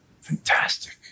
Fantastic